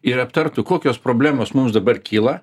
ir aptartų kokios problemos mums dabar kyla